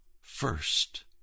first